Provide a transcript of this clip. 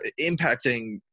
impacting –